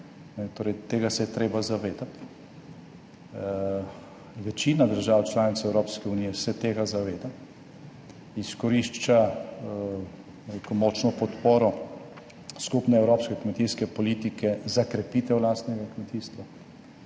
Torej tega se je treba zavedati. Večina držav članic Evropske unije se tega zaveda, izkorišča, bom rekel, močno podporo skupne evropske kmetijske politike za krepitev lastnega kmetijstva